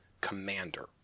Commander